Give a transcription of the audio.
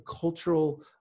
cultural